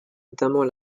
notamment